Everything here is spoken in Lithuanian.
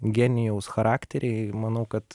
genijaus charakteriai manau kad